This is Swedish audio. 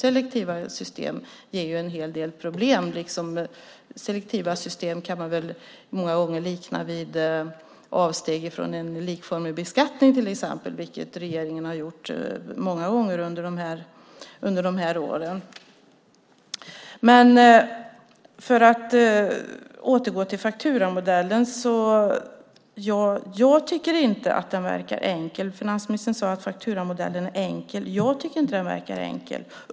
Selektiva system ger en hel del problem; man kan många gånger likna dem vid avsteg från en likformig beskattning, till exempel, vilket regeringen har gjort många gånger under de här åren. Låt oss återgå till fakturamodellen. Jag tycker inte att den verkar enkel. Finansministern sade att fakturamodellen är enkel, men jag tycker alltså inte det.